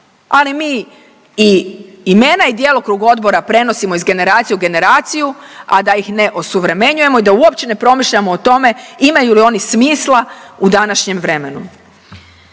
Ali mi i imena i djelokrug odbora prenosimo iz generacije u generaciju, a da ih ne osuvremenjujemo i da uopće ne promišljamo o tome imaju li oni smisla u današnjem vremenu.